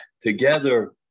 together